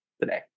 today